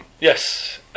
Yes